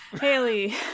Haley